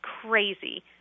crazy